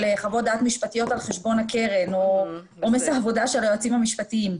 חוות דעת משפטיות על חשבון הקרן או עומס העבודה של היועצים המשפטים.